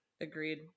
Agreed